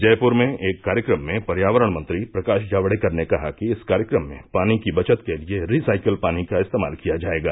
जयपुर में एक कार्यक्रम में पर्यावरण मंत्री प्रकाश जावड़ेकर ने कहा कि इस कार्यक्रम में पानी की बचत के लिए रिसाइकल पानी का इस्तेमाल किया जाएगा